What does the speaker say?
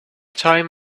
time